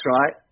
right